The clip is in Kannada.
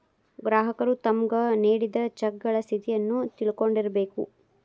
ಗ್ರಾಹಕರು ತಮ್ಗ್ ನೇಡಿದ್ ಚೆಕಗಳ ಸ್ಥಿತಿಯನ್ನು ತಿಳಕೊಂಡಿರ್ಬೇಕು